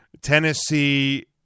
Tennessee